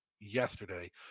yesterday